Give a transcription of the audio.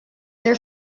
their